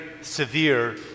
severe